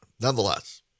nonetheless